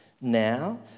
now